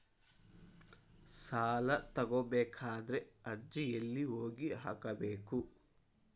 ಸಾಲ ತಗೋಬೇಕಾದ್ರೆ ಅರ್ಜಿ ಎಲ್ಲಿ ಹೋಗಿ ಹಾಕಬೇಕು?